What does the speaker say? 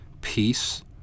peace